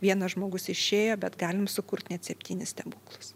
vienas žmogus išėjo bet galim sukurt net septynis stebuklus